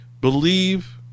Believe